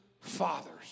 fathers